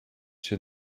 się